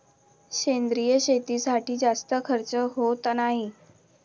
सेंद्रिय शेतीसाठी जास्त खर्च होत नाही